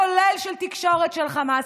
כולל של תקשורת של חמאס.